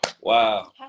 wow